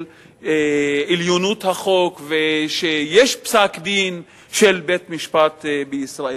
עליונות החוק ושיש פסק-דין של בית-משפט בישראל.